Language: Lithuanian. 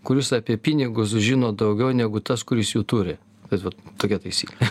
kuris apie pinigus žino daugiau negu tas kuris jų turi bet vat tokia taisyklė